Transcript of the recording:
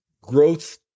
growth